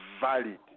valid